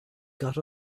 got